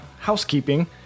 housekeeping